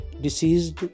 deceased